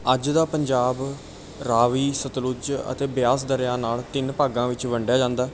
ਅੱਜ ਦਾ ਪੰਜਾਬ ਰਾਵੀ ਸਤਲੁਜ ਅਤੇ ਬਿਆਸ ਦਰਿਆ ਨਾਲ ਤਿੰਨ ਭਾਗਾਂ ਵਿੱਚ ਵੰਡਿਆ ਜਾਂਦਾ